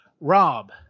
Rob